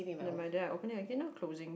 never mind then I open it up again loh closing